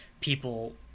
people